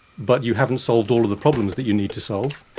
but you haven't solved all of the problems that you need to solve,